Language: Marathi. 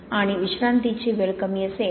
आणि विश्रांतीची वेळ कमी असेल